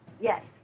Yes